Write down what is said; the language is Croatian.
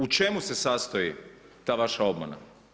U čemu se sastoji ta vaša obmana?